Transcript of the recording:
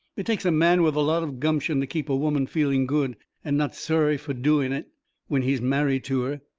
it takes a man with a lot of gumption to keep a woman feeling good and not sorry fur doing it when he's married to her.